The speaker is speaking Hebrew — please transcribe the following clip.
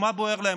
מה בוער להם?